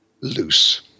loose